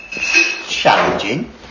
challenging